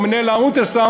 או מנהל האולטרה-סאונד,